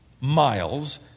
miles